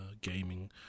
gaming